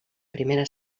primera